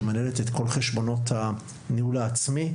שמנהלת את כל חשבונות הניהול העצמי,